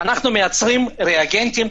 אנחנו מייצרים ריאגנטים,